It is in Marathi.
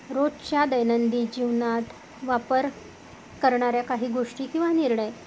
रोजच्या दैनंदिन जीवनात वापर करणाऱ्या काही गोष्टी किंवा निर्णय